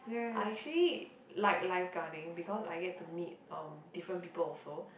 I actually like lifeguarding because I get to meet um different people also